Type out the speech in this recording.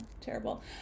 terrible